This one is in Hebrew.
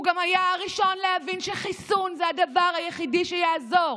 הוא גם היה הראשון להבין שחיסון זה הדבר היחיד שיעזור,